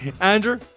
Andrew